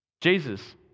Jesus